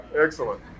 excellent